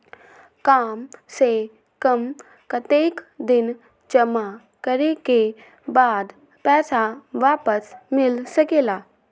काम से कम कतेक दिन जमा करें के बाद पैसा वापस मिल सकेला?